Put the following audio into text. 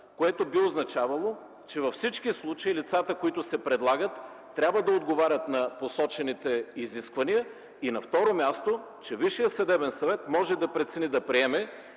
което би означавало, че във всички случаи предлаганите лица трябва да отговарят на посочените изисквания. На второ място, Висшият съдебен съвет може да прецени дали да приеме